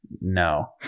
No